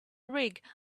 rig